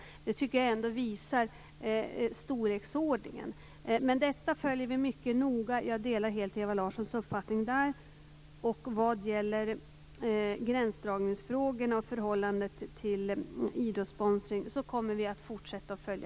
Det tycker jag ändå visar storleksordningen. Men detta följer vi som sagt mycket noga. Jag delar helt Ewa Larssons uppfattning där. Även gränsdragningsfrågorna och förhållandet till idrottssponsring kommer vi att fortsätta att följa.